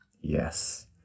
Yes